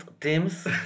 teams